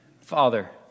Father